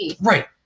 right